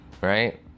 right